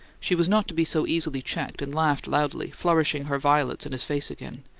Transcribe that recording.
she was not to be so easily checked, and laughed loudly, flourishing her violets in his face again.